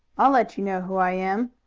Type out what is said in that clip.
i'll let you know who i am,